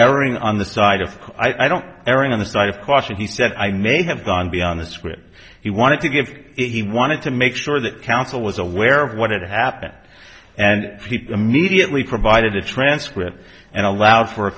erring on the side of i don't erring on the side of caution he said i may have gone beyond the script he wanted to give it he wanted to make sure that counsel was aware of what had happened and peeped immediately provided a transcript and allowed for a